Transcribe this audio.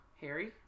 Harry